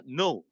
,no